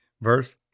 verse